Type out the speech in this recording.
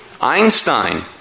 Einstein